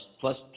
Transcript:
plus